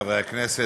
הכנסת,